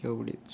एवढेच